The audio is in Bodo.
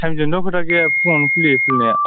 टाइमजोंथ' खोथा गैया फुङावनो खुलियो खुलिनाया